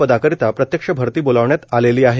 पदाकरिता प्रत्यक्ष भरती बोलाविण्यात आलेली होती